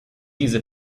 diese